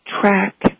track